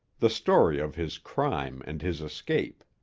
the story of his crime and his escape.